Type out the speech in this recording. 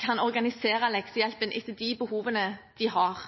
kan organisere leksehjelpen etter de behovene de har.